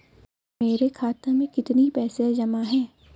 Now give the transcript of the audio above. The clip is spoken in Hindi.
मेरे खाता में कितनी पैसे जमा हैं?